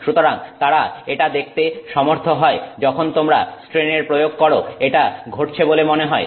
সুতরাং তারা এটা দেখতে সমর্থ হয় যখন তোমরা স্ট্রেনের প্রয়োগ করো এটা ঘটছে বলে মনে হয়